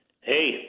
hey